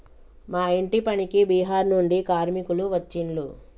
మా ఇంటి పనికి బీహార్ నుండి కార్మికులు వచ్చిన్లు